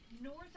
north